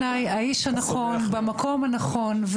זה האיש הנכון במקום הנכון.